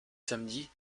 samedis